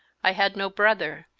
i had no brother,